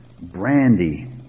brandy